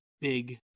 big